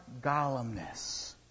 golemness